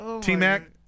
T-Mac